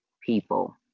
people